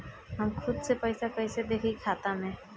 हम खुद से पइसा कईसे देखी खाता में?